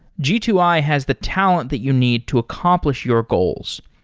g two i has the talent that you need to accomplish your goals.